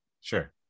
Sure